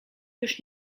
już